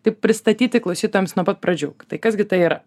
taip pristatyti klausytojams nuo pat pradžių tai kas gi tai yra